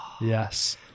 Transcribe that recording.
Yes